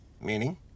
Meaning